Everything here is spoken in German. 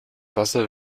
wasser